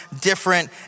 different